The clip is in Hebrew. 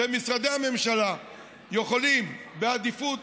שמשרדי הממשלה יכולים לתת עדיפות